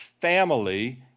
family